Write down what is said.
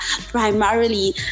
primarily